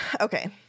okay